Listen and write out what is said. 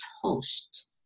host